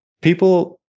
people